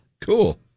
Cool